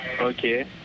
Okay